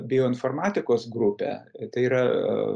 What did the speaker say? bioinformatikos grupę tai yra